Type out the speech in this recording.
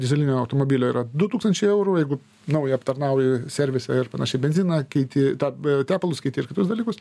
dyzelinio automobilio yra du tūkstančiai eurų jeigu naują aptarnauji servise ir panašiai benziną keiti tą tepalus keiti ir kitus dalykus